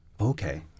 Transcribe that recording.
Okay